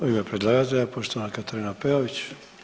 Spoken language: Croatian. U ime predlagatelja poštovana Katarina Peović.